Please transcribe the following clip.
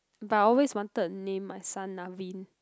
but I always wanted to name my son Navin